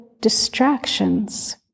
distractions